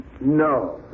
No